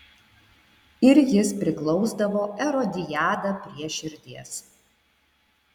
ir jis priglausdavo erodiadą prie širdies